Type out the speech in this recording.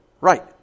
Right